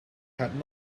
had